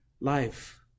life